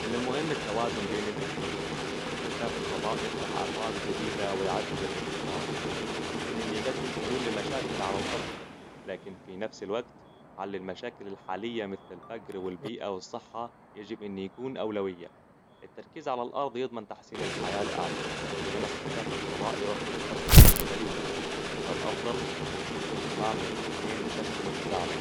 من المهم التوازن بين الإثنين. استكشاف الفضاء يفتح أفاق جديدة ويعزز الإبتكار. يمكن أن يقدم حلول لمشاكل على الأرض. لكن في نفس الوقت، حل المشاكل الحالية مثل الفقر والبيئة والصحة يجب أن يكون أولوية. التركيزعلى الأرض يضمن تحسين الحياة الآن. بينما استكشاف الفضاء يوفر فرص مستقبلية. يظل أفضل يكون في اهتمام بالاثنين بشكل متزامن.